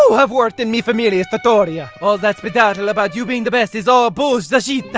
have worked in mia familia trattoria. all that spidaddle about you being the best is all bulls-a shit-a.